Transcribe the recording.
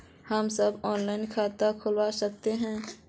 हम सब ऑनलाइन खाता खोल सके है?